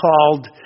called